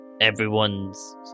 Everyone's